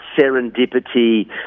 Serendipity